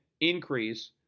increase